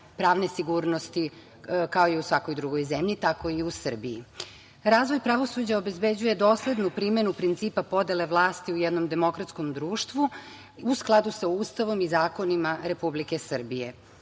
pravne sigurnosti, kao i u svakoj drugoj zemlji tako i u Srbiji. Razvoj pravosuđa obezbeđuje doslednu primenu principa podele vlasti u jednom demokratskom društvu u skladu sa Ustavom i zakonima Republike Srbije.